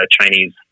Chinese